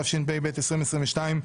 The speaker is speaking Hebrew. התשפ"ב-2022,